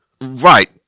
Right